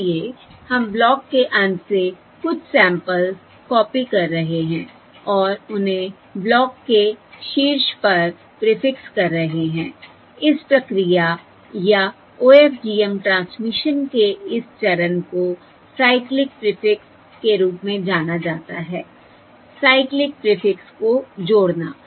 इसलिए हम ब्लॉक के अंत से कुछ सैंपल्स कॉपी कर रहे हैं और उन्हें ब्लॉक के शीर्ष पर प्रीफिक्स कर रहे हैं इस प्रक्रिया या OFDM ट्रांसमिशन के इस चरण को साइक्लिक प्रीफिक्स के रूप में जाना जाता है साइक्लिक प्रीफिक्स को जोड़ना